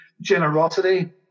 generosity